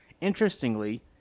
interestingly